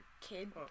kid